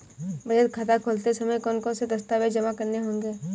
बचत खाता खोलते समय कौनसे दस्तावेज़ जमा करने होंगे?